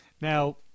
Now